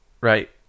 right